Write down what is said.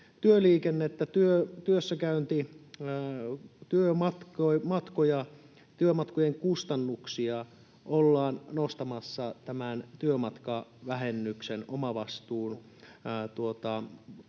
työliikenteen, työmatkojen kustannuksia ollaan nostamassa tämän työmatkavähennyksen omavastuun